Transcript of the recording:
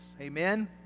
Amen